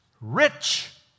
Rich